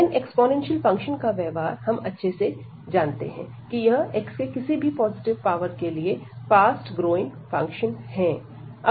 इन exponential function का व्यवहार हम अच्छे से जानते हैं कि यह x के किसी भी पॉजिटिव पावर के लिए फास्ट ग्रोइंग फंक्शन है